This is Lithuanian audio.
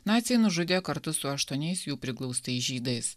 naciai nužudė kartu su aštuoniais jų priglaustais žydais